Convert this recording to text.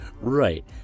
Right